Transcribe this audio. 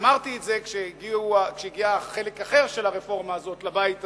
אמרתי את זה כשהגיע חלק אחר של הרפורמה הזאת לבית הזה,